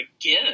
again